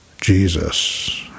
Jesus